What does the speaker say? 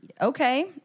Okay